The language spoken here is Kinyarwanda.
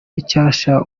icyasha